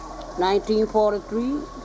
1943